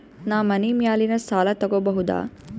ನಾ ಮನಿ ಮ್ಯಾಲಿನ ಸಾಲ ತಗೋಬಹುದಾ?